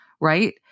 right